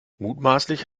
mutmaßlich